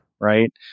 right